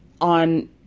on